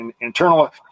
Internal